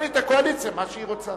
תחליט הקואליציה מה שהיא רוצה,